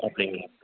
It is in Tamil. அப்படிங்களா